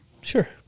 Sure